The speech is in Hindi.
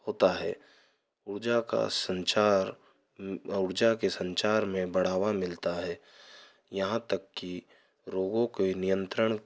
होता है ऊर्जा का संचार ऊर्जा के संचार में बढ़ावा मिलता है यहाँ तक कि रोगों के नियंत्रण